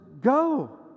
go